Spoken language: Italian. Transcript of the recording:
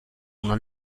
una